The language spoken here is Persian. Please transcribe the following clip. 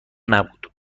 نبود